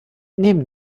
neben